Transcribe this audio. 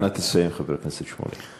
אנא תסיים, חבר הכנסת שמולי.